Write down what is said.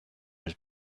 his